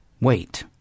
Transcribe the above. Wait